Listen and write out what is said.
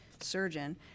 surgeon